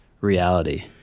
reality